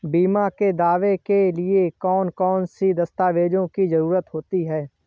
बीमा के दावे के लिए कौन कौन सी दस्तावेजों की जरूरत होती है?